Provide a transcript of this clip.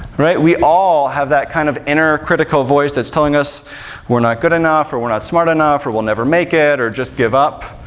we all have that kind of inner critical voice that's telling us we're not good enough, or we're not smart enough, or we'll never make it, or just give up,